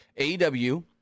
AEW